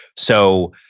so,